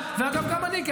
תדאג, נפרגן לך .